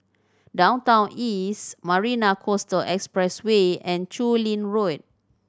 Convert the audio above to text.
Downtown East Marina Coastal Expressway and Chu Lin Road